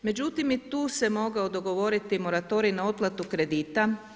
Međutim, i tu se mogao dogovoriti moratorij na otplatu kredita.